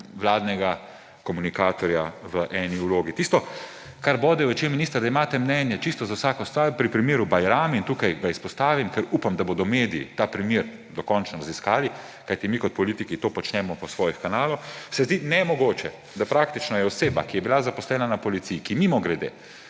vladnega komunikatorja v eni vlogi. Tisto, kar bode v oči, minister, da imate mnenje čisto za vsako stvar, pri primeru Bajrami, in tukaj ga izpostavim, ker upam, da bodo mediji ta primer dokončno raziskali, kajti mi kot politiki to počnemo po svojih kanalih, se zdi nemogoče, da praktično je oseba, ki je bila zaposlena na policiji, ki, mimogrede,